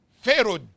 Pharaoh